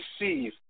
receive